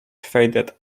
faded